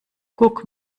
guck